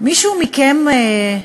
מי יעצור אותך?